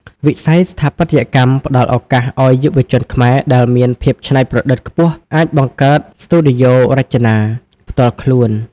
វិស័យស្ថាបត្យកម្មផ្ដល់ឱកាសឱ្យយុវជនខ្មែរដែលមានភាពច្នៃប្រឌិតខ្ពស់ អាចបង្កើតស្ទូឌីយោរចនា (Design Studio) ផ្ទាល់ខ្លួន។